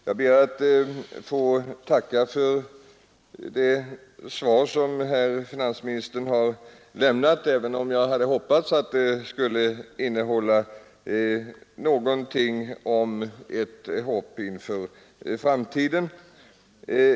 Jag ber att få tacka för det svar som finansministern här har lämnat, Om åtgärder för att även om jag hade hoppats att det skulle innehålla någonting som kunde minska förbrukninginge hopp för framtiden.